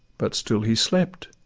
but still he slept